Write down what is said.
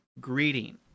greeting